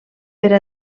per